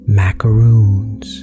macaroons